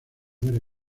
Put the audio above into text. muere